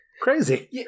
Crazy